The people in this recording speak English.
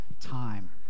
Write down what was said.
time